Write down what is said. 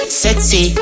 sexy